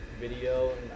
video